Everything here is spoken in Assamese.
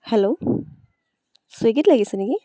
হেল্ল' ছুইগিত লাগিছে নেকি